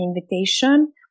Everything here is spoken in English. invitation